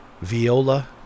viola